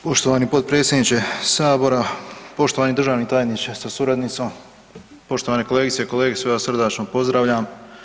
Poštovani potpredsjedniče sabora, poštovani državni tajniče sa suradnicom, poštovane kolegice i kolege, sve vas srdačno pozdravljam.